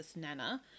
Nana